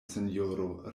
sinjoro